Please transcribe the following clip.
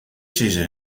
sizze